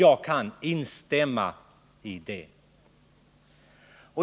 — Jag kan instämma i det.